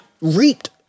reaped